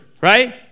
right